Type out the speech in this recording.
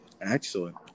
Excellent